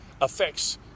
affects